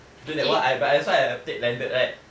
dude that one I might as well I take landed right